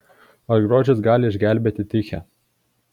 ar grožis gali išgelbėti tichę